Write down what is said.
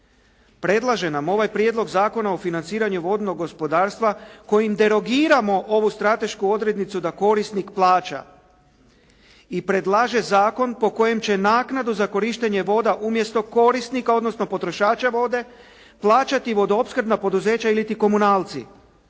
Predlaže nam ovaj prijedlog zakona o financiranju vodnog gospodarstva kojim derogiramo ovu stratešku odrednicu da korisnik plaća i predlaže zakon po kojem će naknadu za korištenje voda umjesto korisnika, odnosno potrošača vode plaćati vodoopskrbna poduzeća il'ti komunalci,